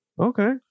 Okay